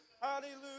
Hallelujah